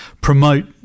promote